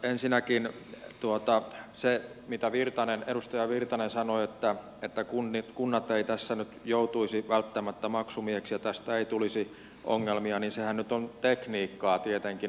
ensinnäkin se mitä edustaja virtanen sanoi että kunnat eivät tässä nyt joutuisi välttämättä maksumiehiksi ja tästä ei tulisi ongelmia niin sehän nyt on tekniikkaa tietenkin